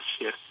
yes